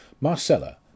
Marcella